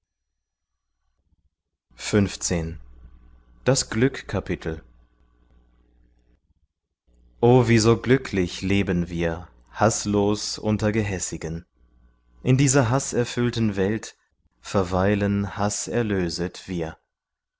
o wie so glücklich leben wir haßlos unter gehässigen in dieser haßerfüllten welt verweilen haßerlöset wir